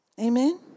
Amen